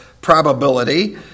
probability